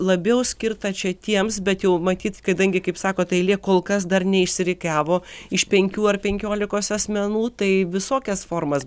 labiau skirta čia tiems bet jau matyt kadangi kaip sakot eilė kol kas dar neišsirikiavo iš penkių ar penkiolikos asmenų tai visokias formas